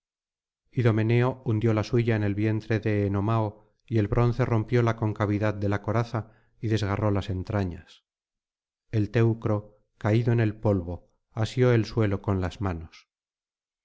idomeneo hundió la suya en el vientre de enomao y el bronce rompió la concavidad de la coraza y desgarró las entrañas el teucro caído en el polvo asió el suelo con las manos